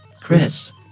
Chris